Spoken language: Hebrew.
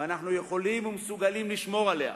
ואנחנו יכולים ומסוגלים לשמור עליה,